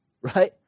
right